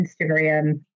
Instagram